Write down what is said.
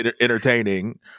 entertaining